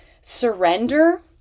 surrender